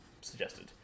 suggested